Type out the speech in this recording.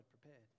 prepared